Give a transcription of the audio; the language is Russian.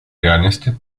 реальности